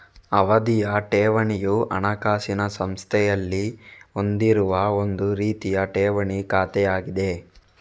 ಅವಧಿಯ ಠೇವಣಿಯು ಹಣಕಾಸಿನ ಸಂಸ್ಥೆಯಲ್ಲಿ ಹೊಂದಿರುವ ಒಂದು ರೀತಿಯ ಠೇವಣಿ ಖಾತೆಯಾಗಿದೆ